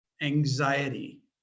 anxiety